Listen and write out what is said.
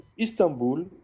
Istanbul